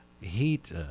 heat